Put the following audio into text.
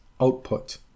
output